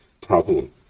problem